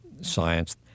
science